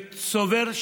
וצובר,